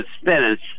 spinach